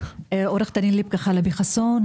עורכת דין לבקה חלבי חסון,